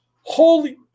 holy